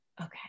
Okay